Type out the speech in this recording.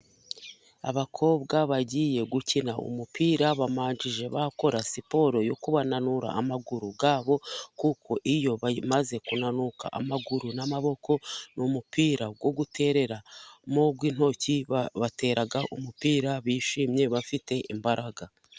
Abakobwa bagiye gukina umupira bamanjije bakora siporo yo kubananura amaguru bwabo. Kuko iyo bamaze kunanuka amaguru n'amaboko n'umupira wo gutera nuw'intoki. Babatera umupira bishimye bafite imbaraga.